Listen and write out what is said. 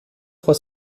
trois